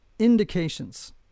indications